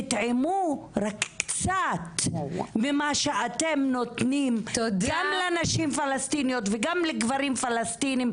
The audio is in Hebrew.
תטעמו רק קצת ממה שאתם נותנים גם לנשים פלסטיניות וגם לגברים פלסטיניים,